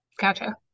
Gotcha